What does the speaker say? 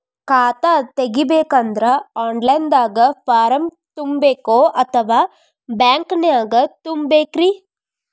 ಖಾತಾ ತೆಗಿಬೇಕಂದ್ರ online ದಾಗ ಫಾರಂ ತುಂಬೇಕೊ ಅಥವಾ ಬ್ಯಾಂಕನ್ಯಾಗ ತುಂಬ ಬೇಕ್ರಿ?